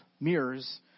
mirrors